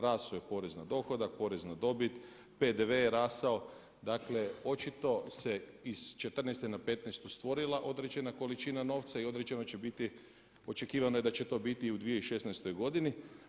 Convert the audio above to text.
Rastao je porez na dohodak, porez na dobit, PDV je rastao, dakle očito se iz 2014. na 2015. stvorila određene količina novca i određeno će biti, očekivano je da će to biti i u 2016. godini.